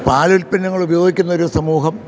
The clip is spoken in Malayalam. പാലുല്പന്നങ്ങളുപയോഗിക്കുന്നൊരു സമൂഹം